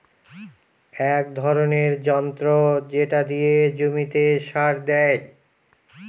এক ধরনের যন্ত্র যেটা দিয়ে জমিতে সার দেয়